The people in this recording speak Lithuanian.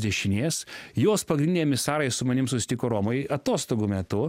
dešinės jos pagrindiniai emisarai su manim susitiko romoj atostogų metu